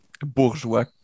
bourgeois